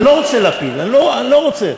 אני לא רוצה להפיל, אני לא רוצה.